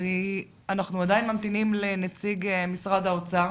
ואנחנו עדיין ממתינים לנציג משרד האוצר